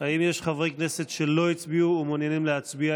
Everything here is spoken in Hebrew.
האם יש חברי כנסת שלא הצביעו ומעוניינים להצביע?